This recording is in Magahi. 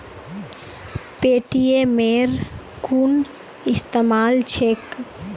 पेटीएमेर कुन इस्तमाल छेक